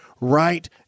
right